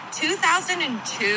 2002